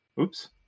Oops